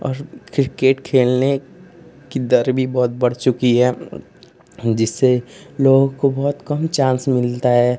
और क्रिकेट खेलने की दर भी बहुत बढ़ चुकी है जिससे लोगों को बहुत कम चान्स मिलता है